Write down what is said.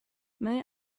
may